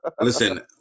Listen